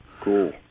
Cool